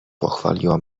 pochwaliła